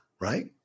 right